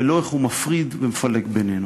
ולא איך הוא מפריד ומפלג אותנו.